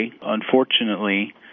unfortunately